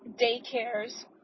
daycares